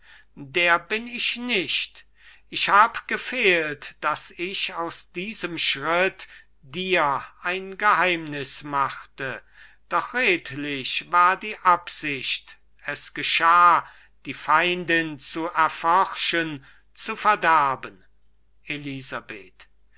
der bin ich nicht ich hab gefehlt daß ich aus diesem schritt dir ein geheimnis machte doch redlich war die absicht es geschah die feindin zu erforschen zu verderben elisabeth